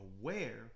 aware